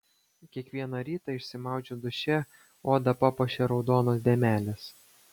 kiekvieną rytą išsimaudžius duše odą papuošia raudonos dėmelės